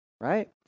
Right